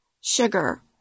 Sugar